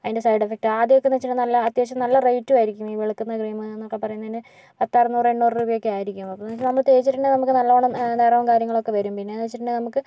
അതിൻ്റെ സൈഡ് എഫക്ടും ആദ്യമൊക്കെന്ന് വച്ചിട്ടുണ്ടെങ്കിൽ നല്ല അത്യാവശ്യം നല്ല റേറ്റും ആയിരിക്കും ഈ വെളുക്കുന്ന ക്രീമ് എന്നൊക്കെ പറയുന്നതിന് പത്തറുന്നൂറ് എണ്ണൂറ് രൂപയൊക്കെ ആയിരിക്കും അപ്പൊന്ന് അത് തേച്ചിട്ടുണ്ടെങ്കിൽ നമുക്ക് നല്ലോണം നീറുകയും കാര്യങ്ങളൊക്കെ വരും പിന്നെന്ന് വച്ചിട്ടുണ്ടെങ്കിൽ നമുക്ക്